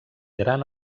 gran